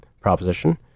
proposition